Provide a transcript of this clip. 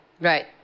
Right